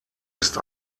ist